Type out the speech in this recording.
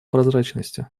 прозрачности